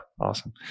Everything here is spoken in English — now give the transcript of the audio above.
Awesome